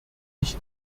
ich